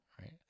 right